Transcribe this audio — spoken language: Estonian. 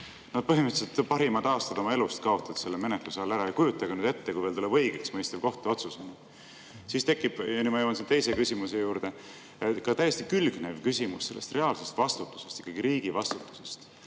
põhimõtteliselt parimad aastad oma elust kaotanud selle menetluse alla ära. Ja kujutage nüüd ette, kui tuleb õigeksmõistev kohtuotsus. Siis tekib – ja nüüd ma jõuan teise küsimuse juurde – ka täiesti külgnev küsimus reaalsest vastutusest, riigi vastutusest.